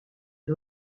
est